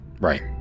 Right